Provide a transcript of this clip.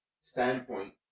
standpoint